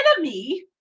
enemy